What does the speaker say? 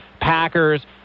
Packers